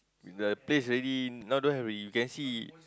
the place already now don't have already you can see